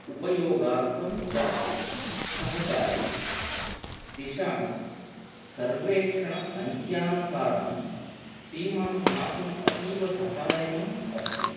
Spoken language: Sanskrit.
उपयोगार्थं च सहकारी दिशां सर्वेक्षणसङ्ख्यानुसारं सीमां ज्ञातुम् अतीव सहायकम् अस्ति